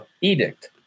edict